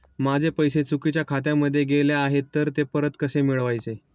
माझे पैसे चुकीच्या खात्यामध्ये गेले आहेत तर ते परत कसे मिळवायचे?